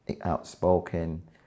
outspoken